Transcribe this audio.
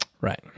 right